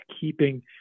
keeping